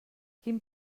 quin